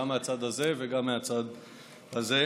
גם מהצד הזה וגם מהצד הזה.